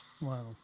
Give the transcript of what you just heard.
Wow